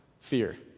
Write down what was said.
fear